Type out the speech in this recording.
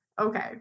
Okay